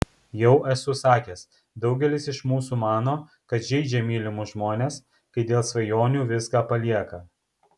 jau esu sakęs daugelis iš mūsų mano kad žeidžia mylimus žmones kai dėl svajonių viską palieka